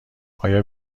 آیا